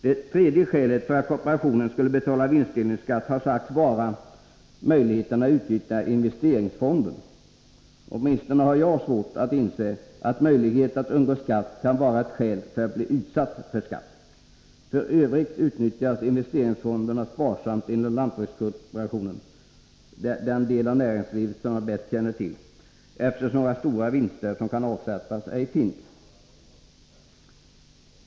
Det tredje skälet för att kooperationen skulle betala vinstdelningsskatt har sagts vara möjligheten att utnyttja investeringsfonden. Åtminstone jag har svårt att inse att möjlighet att undgå skatt kan vara ett skäl för att bli utsatt för skatt. F. ö. utnyttjas investeringsfonderna sparsamt inom lantbrukskooperationen — den del av näringslivet som jag bäst känner till — eftersom några stora vinster som kan avsättas ej finns.